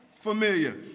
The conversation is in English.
familiar